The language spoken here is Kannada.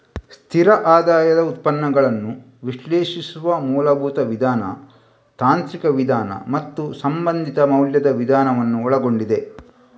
ಸ್ಥಿರ ಆದಾಯದ ಉತ್ಪನ್ನಗಳನ್ನು ವಿಶ್ಲೇಷಿಸುವ ಮೂಲಭೂತ ವಿಧಾನ, ತಾಂತ್ರಿಕ ವಿಧಾನ ಮತ್ತು ಸಂಬಂಧಿತ ಮೌಲ್ಯದ ವಿಧಾನವನ್ನು ಒಳಗೊಂಡಿವೆ